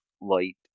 light